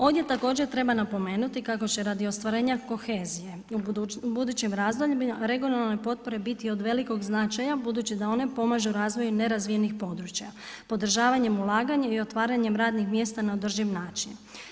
Ovdje također treba napomenuti kako će radi ostvarenja kohezije u budućim razdobljima regionalne potpore biti od velikog značaja budući da one pomažu razvoju nerazvijenih područja podržavanjem ulaganja i otvaranjem radnih mjesta na održiv način.